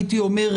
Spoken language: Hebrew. הייתי אומר,